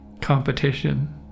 competition